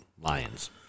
Lions